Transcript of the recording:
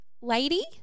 lady